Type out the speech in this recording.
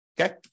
okay